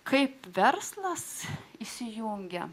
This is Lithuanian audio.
kaip verslas įsijungia